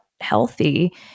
healthy